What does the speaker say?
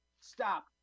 stop